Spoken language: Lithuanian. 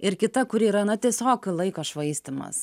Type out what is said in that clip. ir kita kuri yra na tiesiog laiko švaistymas